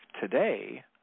today